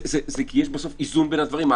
זה כי יש בסוף איזון בין הדברים.